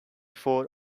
four